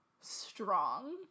strong